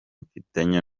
mfitanye